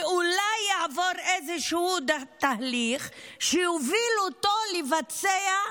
ואולי יעבור איזשהו תהליך שיוביל אותו לבצע,